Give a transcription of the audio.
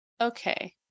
okay